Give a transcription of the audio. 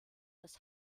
das